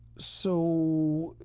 so,